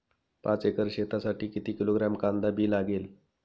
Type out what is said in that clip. पाच एकर शेतासाठी किती किलोग्रॅम कांदा बी लागेल?